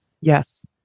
Yes